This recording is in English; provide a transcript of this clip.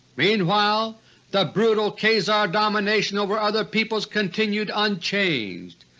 meanwhile the brutal khazar domination over other peoples continued unchanged.